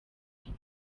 music